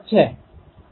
તેથી P એ rθϕ અંતરે છે